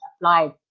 applied